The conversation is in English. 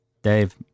Dave